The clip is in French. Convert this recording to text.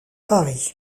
paris